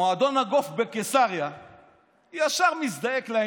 מועדון הגולף בקיסריה ישר מזדעק,